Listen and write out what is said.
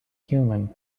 human